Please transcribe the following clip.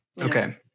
Okay